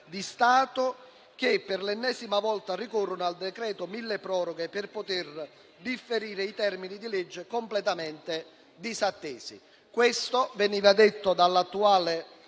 di Stato che, per l'ennesima volta, ricorrono al decreto milleproroghe per poter differire i termini di legge completamente disattesi.»; è cambiato il